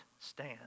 stand